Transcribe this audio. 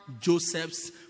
Joseph's